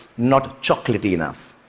not chocolatey enough.